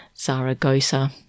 Zaragoza